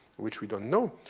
which we don't know,